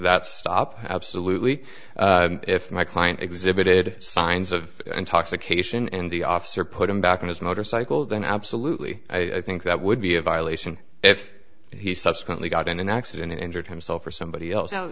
that stop absolutely if my client exhibited signs of intoxication and the officer put him back on his motorcycle then absolutely i think that would be a violation if he subsequently got in an accident and injured himself or somebody else